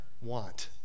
want